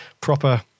proper